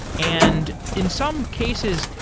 and in some cases,